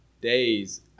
days